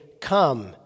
Come